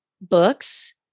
books